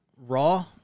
Raw